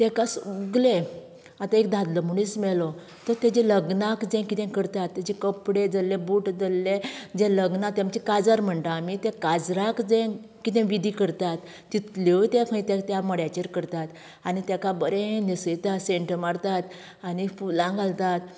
तेका सगलें आता एक दादलो मनीस मेलो तर तेजें लग्नाक जें किदें करतात तेचें कपडे धल्ले बूट धल्ले जें लग्नाक तेंचे काजार म्हणटा आमी ते काजराक जें किदें विधी करतात तितल्योय खंय ते त्या मड्याचेर करतात आनी तेका बरें न्हेसयता सेंट मारतात आनी फुलां घालतात